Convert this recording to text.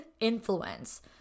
influence